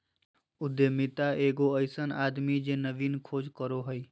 उद्यमिता एगो अइसन आदमी जे नवीन खोज करो हइ